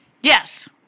Yes